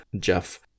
Jeff